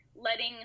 letting